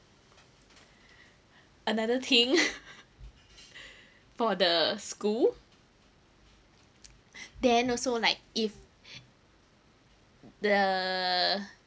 another thing for the school then also like if the